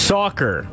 Soccer